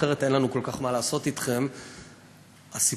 אחרת אין לנו כל כך מה לעשות אתכם,